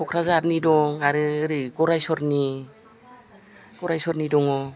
क'क्राझारनि दं आरो ओरै गरेस्वरनि दङ